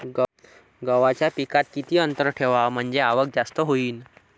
गव्हाच्या पिकात किती अंतर ठेवाव म्हनजे आवक जास्त होईन?